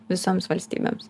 visoms valstybėms